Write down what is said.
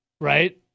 right